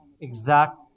exact